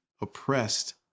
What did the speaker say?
oppressed